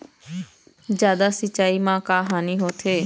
जादा सिचाई म का हानी होथे?